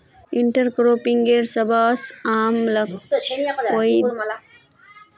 इंटरक्रॉपिंगेर सबस आम लक्ष्य कोई दियाल जमिनेर टुकरार पर अधिक उपज पैदा करना छिके